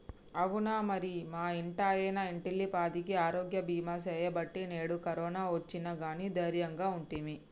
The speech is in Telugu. అవునా మరి మా ఇంటాయన ఇంటిల్లిపాదికి ఆరోగ్య బీమా సేయబట్టి నేడు కరోనా ఒచ్చిన గానీ దైర్యంగా ఉంటిమి